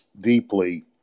deeply